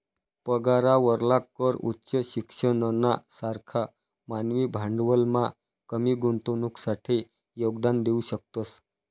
पगारावरला कर उच्च शिक्षणना सारखा मानवी भांडवलमा कमी गुंतवणुकसाठे योगदान देऊ शकतस